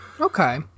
Okay